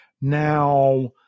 Now